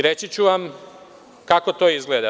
Reći ću vam kako to izgleda.